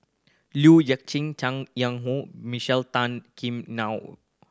Liu Yat Chin Chang Yang Hong Michelle Tan Kim Nei